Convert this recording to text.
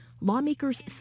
Lawmakers